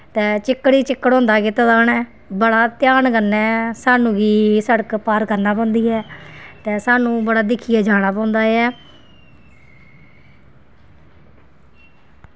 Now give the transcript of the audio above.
ते चिक्कड़ ई चिक्कड़ होंदा कीते दा उ'नें बड़े ध्यान कन्नै सानूं गी सड़क पार करना पौंदी ऐ ते सानूं बड़ा दिक्खियै जाना पौंदा ऐ